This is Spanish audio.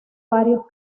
varios